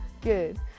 Good